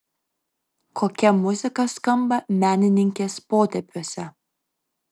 kokia muzika skamba menininkės potėpiuose